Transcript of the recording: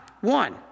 One